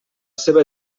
seva